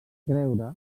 creure